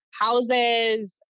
houses